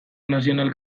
nazional